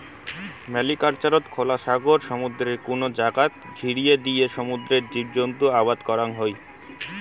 ম্যারিকালচারত খোলা সাগর, সমুদ্রর কুনো জাগাত ঘিরিয়া দিয়া সমুদ্রর জীবজন্তু আবাদ করাং হই